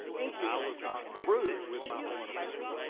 thank you. i was not through with my point of order.